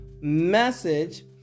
message